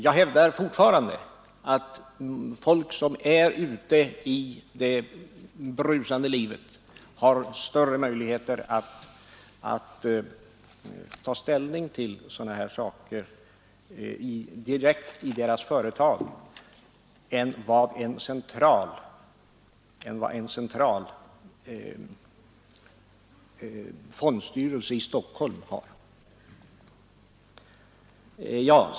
Jag hävdar fortfarande att folk som är ute i det brusande livet har större möjligheter att ta ställning till sådana här saker direkt i sina företag än en central fondstyrelse i Stockholm har.